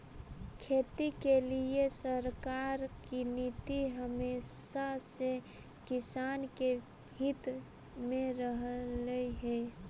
खेती के लिए सरकार की नीति हमेशा से किसान के हित में रहलई हे